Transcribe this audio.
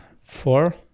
four